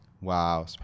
Wow